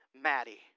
Maddie